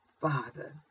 Father